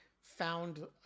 found